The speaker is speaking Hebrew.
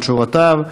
על תשובותיו.